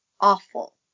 awful